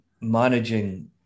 managing